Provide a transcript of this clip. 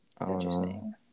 Interesting